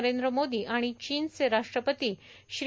नरेंद्र मोदी आणि चीनचे राष्ट्रपती श्री